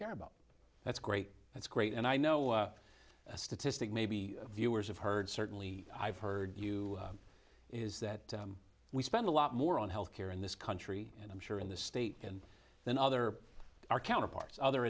care about that's great that's great and i know a statistic maybe viewers have heard certainly i've heard you is that we spend a lot more on health care in this country and i'm sure in the state and than other our counterparts other